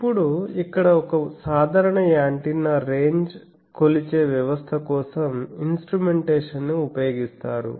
ఇప్పుడు ఇక్కడ ఒక సాధారణ యాంటెన్నా రేంజ్ కొలిచే వ్యవస్థ కోసం ఇన్స్ట్రుమెంటేషన్ ని ఉపయోగిస్తారు